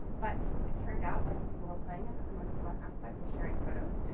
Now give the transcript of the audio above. but it turned out, like when people were playing it, that the most fun aspect was sharing photos.